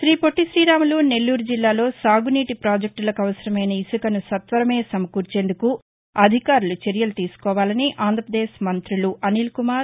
గ్రీ పొట్లి శ్రీరాములు నెల్లూరు జిల్లాలో సాగునీటి ప్రాజెక్టులకు అవసరమైన ఇసుకను సత్వరమే సమకూర్చేందుకు అధికారులు చర్యలు తీసుకోవాలని ఆంధ్రప్రదేశ్ మంతులు అనిల్ కుమార్